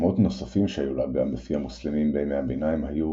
שמות נוספים שהיו לאגם בפי המוסלמים בימי הביניים היו